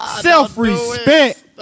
self-respect